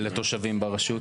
ולתושבים ברשות?